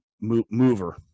mover